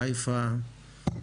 חיפה,